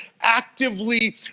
actively